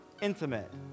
intimate